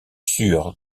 sûre